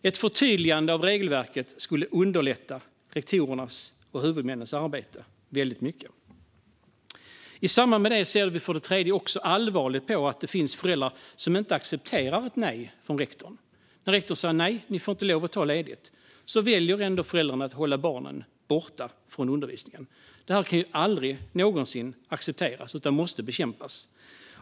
Ett förtydligande av regelverket skulle underlätta rektorernas och huvudmännens arbete väldigt mycket. För det tredje ser vi, i samband med detta, allvarligt på att det finns föräldrar som inte accepterar ett nej från rektorn. När rektorn säger att de inte får lov att ta ledigt väljer föräldrarna ändå att hålla barnen borta från undervisningen. Detta kan aldrig någonsin accepteras utan måste bekämpas.